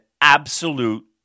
absolute